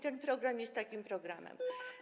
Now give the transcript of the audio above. Ten program jest takim programem.